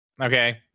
okay